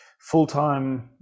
full-time